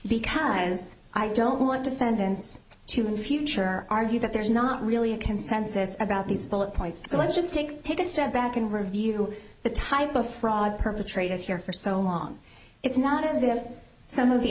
because i don't want to fence too in future argue that there's not really a consensus about these bullet points so let's just take take a step back and review the type of fraud perpetrated here for so long it's not as if some of the